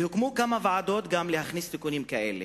הוקמו כמה ועדות גם להכניס תיקונים כאלה.